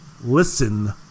listen